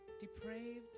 depraved